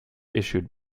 issued